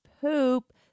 poop